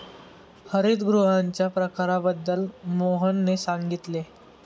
हरितगृहांच्या प्रकारांबद्दल मोहनने सांगितले